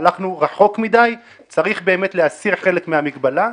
הלכנו רחוק מדי וצריך להסיר חלק מהמגבלה.